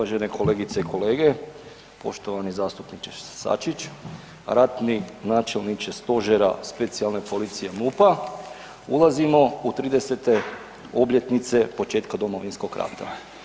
Uvažene kolegice i kolege, poštovani zastupniče Sačić, ratni načelniče stožera specijalne policije MUP-a, ulazimo u 30-te obljetnice početka Domovinskog rata.